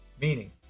meaning